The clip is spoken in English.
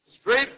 Straight